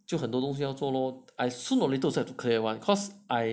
就很多东西要做咯 I sooner or later have to clear one cause I